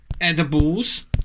edibles